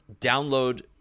download